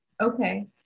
Okay